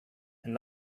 and